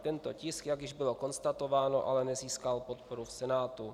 Tento tisk, jak již bylo konstatováno, ale nezískal podporu v Senátu.